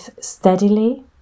steadily